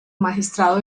magistrado